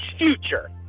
future